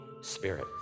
Spirit